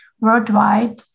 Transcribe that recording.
worldwide